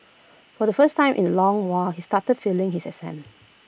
for the first time in A long while he started failing his